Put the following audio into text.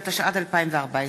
התשע"ד 2014,